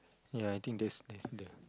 ya I think that's of the